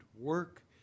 work